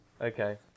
Okay